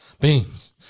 Beans